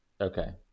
Okay